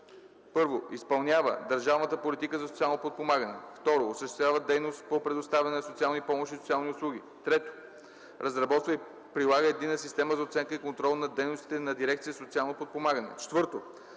1. изпълнява държавната политика за социално подпомагане; 2. осъществява дейност по предоставяне на социални помощи и социални услуги; 3. разработва и прилага единна система за оценка и контрол на дейностите на дирекциите „Социално подпомагане”;